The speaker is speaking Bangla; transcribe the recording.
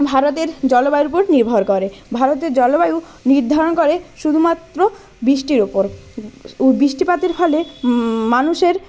ভারতের জলবায়ুর উপর নির্ভর করে ভারতের জলবায়ু নির্ধারণ করে শুধুমাত্র বৃষ্টির ওপর বৃষ্টিপাতের ফলে মানুষের